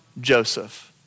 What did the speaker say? Joseph